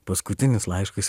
paskutinis laiškas